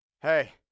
hey